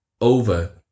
over